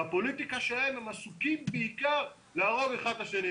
בפוליטיקה הם עסוקים בעיקר להרוג אחד את השני.